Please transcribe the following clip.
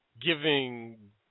giving